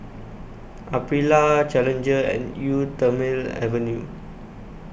Aprilia Challenger and Eau Thermale Avene